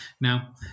Now